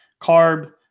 carb